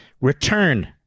return